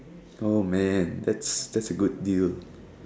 oh man that's that's a good deal